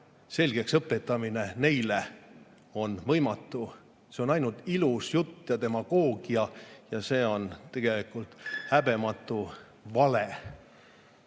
selgeks õpetamine neile on võimatu. See on ainult ilus jutt ja demagoogia. Ja see on tegelikult häbematu vale.